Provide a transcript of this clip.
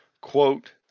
quote